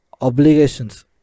Obligations